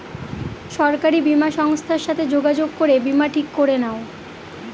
সরকারি বীমা সংস্থার সাথে যোগাযোগ করে বীমা ঠিক করে নাও